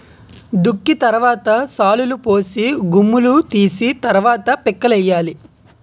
దుక్కి తరవాత శాలులుపోసి గుమ్ములూ తీసి తరవాత పిక్కలేయ్యాలి